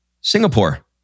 Singapore